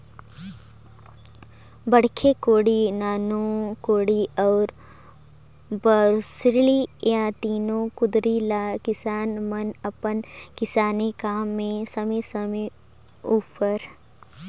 बड़खा कोड़ी, नान कोड़ी अउ बउसली ए तीनो कुदारी ले किसान मन अपन किसानी काम मे समे समे उपर